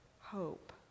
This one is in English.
hope